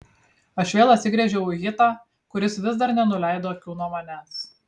aš vėl atsigręžiau į hitą kuris vis dar nenuleido akių nuo manęs